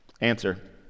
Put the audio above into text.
Answer